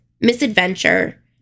misadventure